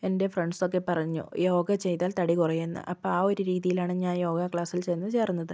എന്റെ ഫ്രണ്ട്സൊക്കെ പറഞ്ഞു യോഗ ചെയ്താൽ തടി കുറയുമെന്ന് അപ്പോൾ ആ ഒരു രീതിയിലാണ് ഞാൻ യോഗ ക്ലാസ്സിൽ ചെന്ന് ചേർന്നത്